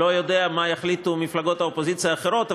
לא יודע מה יחליטו מפלגות האופוזיציה האחרות,